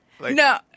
No